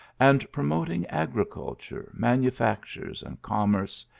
and promoting agri culture, manufactures, and commerce,